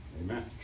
Amen